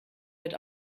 wird